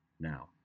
now